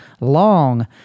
Long